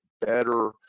better